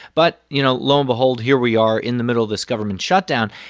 but, you know, lo and behold, here we are in the middle of this government shutdown.